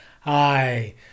Hi